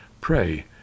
Pray